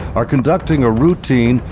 are conducting a routine,